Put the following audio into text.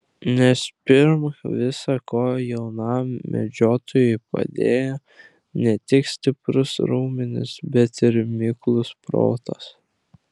nes pirm visa ko jaunam medžiotojui padėjo ne tik stiprūs raumenys bet ir miklus protas